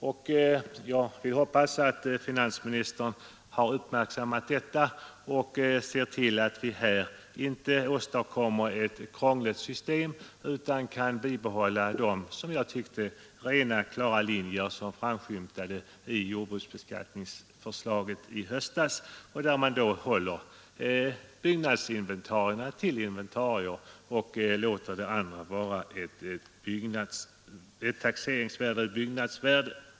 Jag hoppas att finansministern har uppmärksammat detta och ser till att vi här inte åstadkommer ett krångligt system utan kan bibehålla de rena klara linjer som framskymtade i jordbruksbeskattningsbeslutet i höstas, enligt vilket byggnadsinventarierna förs till inventarier och resten får föras till byggnadsvärde — dvs. taxeringsvärde.